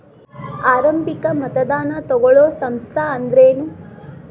ಆರಂಭಿಕ್ ಮತದಾನಾ ತಗೋಳೋ ಸಂಸ್ಥಾ ಅಂದ್ರೇನು?